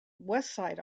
westside